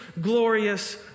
glorious